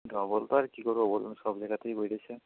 double তো আর কি করবো বলুন সব জায়গাতেই বেড়েছে